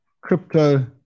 crypto